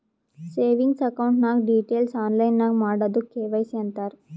savings account ನಾಗ್ details online ನಾಗ್ ಮಾಡದುಕ್ ಕೆ.ವೈ.ಸಿ ಅಂತಾರ್